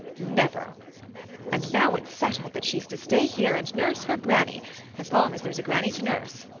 never and now it's settled that she's to stay here and nurse her granny as long as there's a granny to nurse.